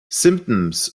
symptoms